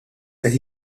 qed